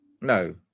No